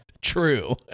true